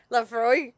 Lafroy